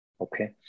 okay